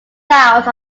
south